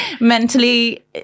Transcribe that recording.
mentally